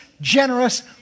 generous